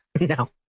No